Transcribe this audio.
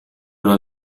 una